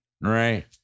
right